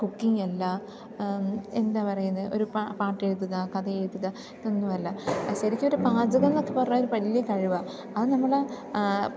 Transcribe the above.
കുക്കിങ്ങല്ല എന്താ പറയുന്നത് ഒരു പാട്ടെഴുതുക കഥ എഴുതുക ഇതൊന്നുമല്ല ശരിക്കൊരു പാചകമെന്നൊക്കെ പറഞ്ഞ ഒരു വലിയ കഴിവാണ് അതു നമ്മൾ